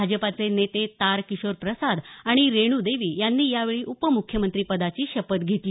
भाजपाचे नेते तारकिशोर प्रसाद आणि रेणू देवी यांनी यावेळी उपमुख्यमंत्रिपदाची शपथ घेतली